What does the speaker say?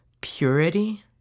Purity